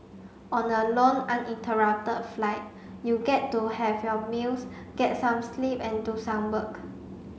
on a long uninterrupted flight you get to have your meals get some sleep and do some work